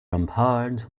ramparts